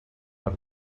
per